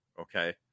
okay